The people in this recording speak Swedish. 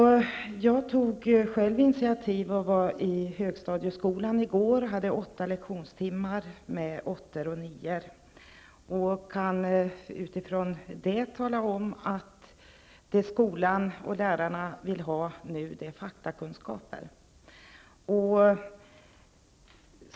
Jag tog själv initiativ och gjorde besök i högstadieskolan i går. Jag hade åtta lektionstimmar med åttor och nior. Jag kan utifrån det tala om att vad skolan och lärarna nu vill ha är faktakunskaper.